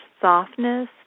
softness